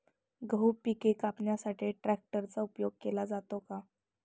गहू पिके कापण्यासाठी ट्रॅक्टरचा उपयोग केला जातो का?